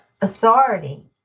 authority